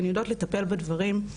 הן יודעות לטפל בדברים,